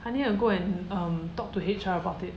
I need to go and talk to H_R about it